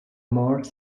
more